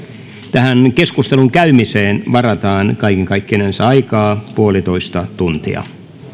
tähän keskustelun käymiseen varataan kaiken kaikkinensa aikaa yksi pilkku viisi tuntia